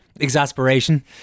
exasperation